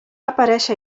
aparèixer